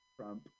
Trump